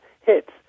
hits